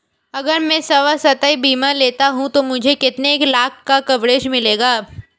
अगर मैं स्वास्थ्य बीमा लेता हूं तो मुझे कितने लाख का कवरेज मिलेगा?